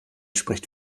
spricht